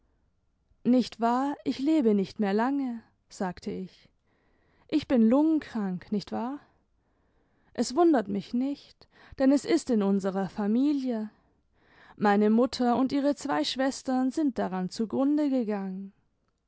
nicht wahr ich lebe nicht mehr lange sagte ich ich bin lungenkrank nicht wahr es wundert mich nicht denn es ist in unserer familie meine mutter und ihre zwei schwestern sind daran zugrunde gegangen